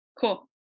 Cool